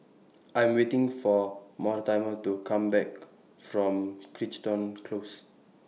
I Am waiting For Mortimer to Come Back from Crichton Close